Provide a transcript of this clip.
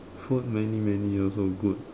food many many also good